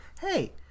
hey